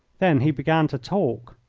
then he began to talk.